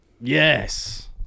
Yes